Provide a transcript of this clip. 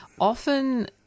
often